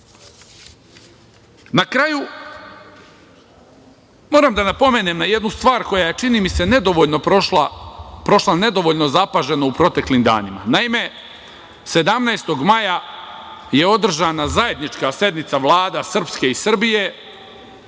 kraju, moram da napomenem jednu stvar koja je prošla nedovoljno zapažena u proteklim danima. Naime, 17. maja je održana zajednička sednica vlada Srpske i Srbije,